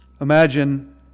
Imagine